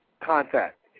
Contact